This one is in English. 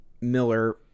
Miller